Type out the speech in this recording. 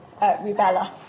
rubella